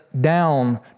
down